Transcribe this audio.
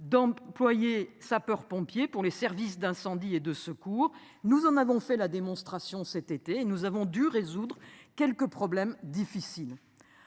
d'employés sapeurs-pompiers pour les services d'incendie et de secours. Nous en avons fait la démonstration cet été et nous avons dû résoudre quelques problèmes difficiles.